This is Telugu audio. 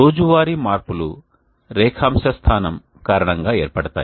రోజువారీ మార్పులు రేఖాంశ స్థానం కారణంగా ఏర్పడతాయి